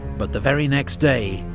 but the very next day,